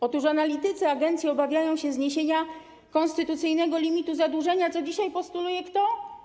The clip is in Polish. Otóż analitycy agencji obawiają się zniesienia konstytucyjnego limitu zadłużenia, co dzisiaj postuluje kto?